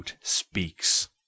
Speaks